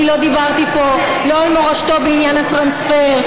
אני לא דיברתי פה לא על מורשתו בעניין הטרנספר,